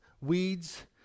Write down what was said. weeds